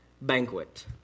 banquet